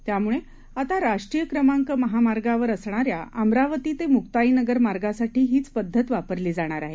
त्यामुळे आता राष्ट्रीय क्रमांक महामार्गवर असणाऱ्या अमरावती ते मुक्ताईनगर मार्गासाठी हीच पद्धत वापरली जाणार आहे